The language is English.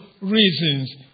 reasons